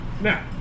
Now